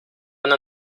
una